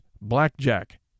Blackjack